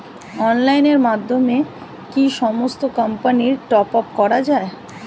অনলাইনের মাধ্যমে কি সমস্ত কোম্পানির টপ আপ করা যায়?